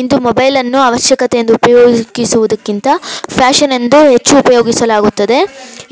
ಇಂದು ಮೊಬೈಲನ್ನು ಅವಶ್ಯಕತೆಯೆಂದು ಉಪಯೋಗಿಸುವುದಕ್ಕಿಂತ ಫ್ಯಾಷನ್ ಎಂದು ಹೆಚ್ಚು ಉಪಯೋಗಿಸಲಾಗುತ್ತದೆ